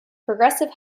progressive